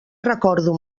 recordo